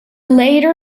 later